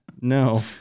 no